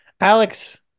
alex